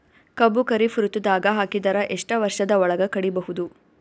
ಕಬ್ಬು ಖರೀಫ್ ಋತುದಾಗ ಹಾಕಿದರ ಎಷ್ಟ ವರ್ಷದ ಒಳಗ ಕಡಿಬಹುದು?